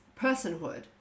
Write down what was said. personhood